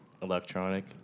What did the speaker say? Electronic